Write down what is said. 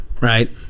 right